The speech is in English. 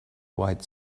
white